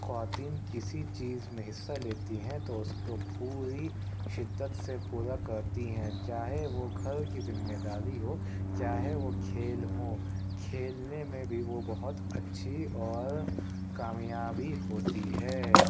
خواتین کسی چیز میں حصّہ لیتی ہیں تو اُس کو پوری شدت سے پورا کرتی ہیں چاہے وہ گھر کی ذمہ داری ہو چاہے وہ کھیل ہوں کھیلنے میں بھی وہ بہت اچھی اور کامیابی ہوتی ہے